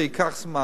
זה ייקח זמן.